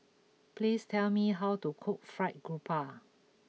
please tell me how to cook Fried Garoupa